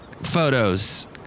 photos